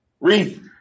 Read